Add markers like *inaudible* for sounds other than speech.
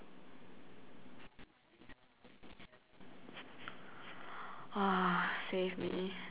*noise* save me